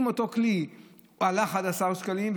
אם אותו כלי עלה 11 שקלים,